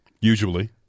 Usually